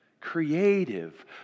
creative